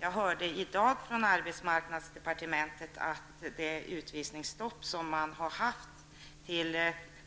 Jag fick i dag höra från arbetsmarknadsdepartementet att när det gäller det utvisningsstopp som har funnits